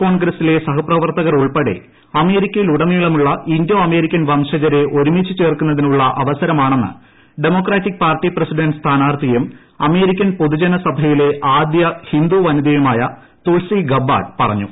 കോൺഗ്രസിലെ സഹപ്രവർത്തകർ ഉൾപ്പെടെ അമേരിക്കയിലുടനീളമുളള ഇന്തോ അമേരിക്കൻ വംശജരെ ഒരുമിച്ച് ചേർക്കുന്നതിനുളള അവസരമാണെന്ന് ഡെമോക്രാറ്റിക് പാർട്ടി പ്രസിഡന്റ് സ്ഥാനാർത്ഥിയും അമേരിക്കൻ പൊതുജന സഭയിലെ ആദ്യ ഹിന്ദു വനിതയുമായ തുൾസി ഗബ്ബാർഡ് പറഞ്ഞു